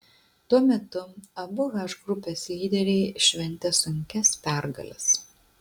tuo metu abu h grupės lyderiai šventė sunkias pergales